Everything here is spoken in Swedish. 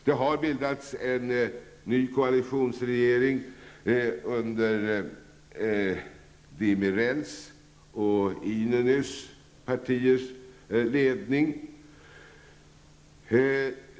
Det har bildats en ny koalitionsregering under Demirels och Inönüs partiers ledning.